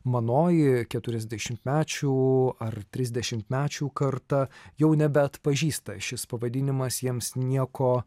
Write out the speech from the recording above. manoji keturiasdešimtmečių ar trisdešimtmečių karta jau nebeatpažįsta šis pavadinimas jiems nieko